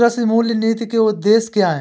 कृषि मूल्य नीति के उद्देश्य क्या है?